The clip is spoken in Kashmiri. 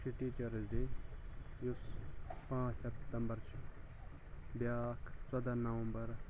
ٹیٖچرس ڈے یُس پانٛژھ سَپتمبَر چھُ بیاکھ ژۄدہ نَوَمبَر